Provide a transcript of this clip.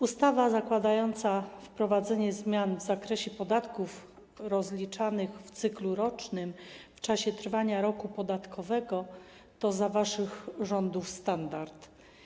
Ustawa zakładająca wprowadzenie zmian w zakresie podatków rozliczanych w cyklu rocznym w czasie trwania roku podatkowego to za waszych rządów standard.